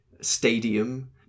stadium